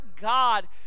God